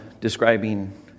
describing